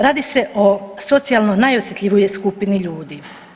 Radi se o socijalno najosjetljivijoj skupini ljudi.